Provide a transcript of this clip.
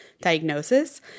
diagnosis